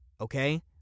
Okay